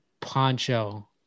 poncho